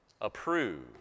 approve